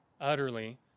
utterly